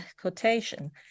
quotation